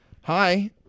Hi